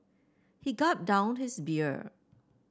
he gulped down his beer